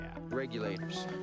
regulators